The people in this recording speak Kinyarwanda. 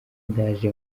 ndaje